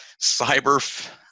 cyber